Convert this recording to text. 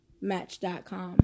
Match.com